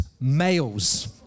males